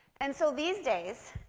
and so, these days,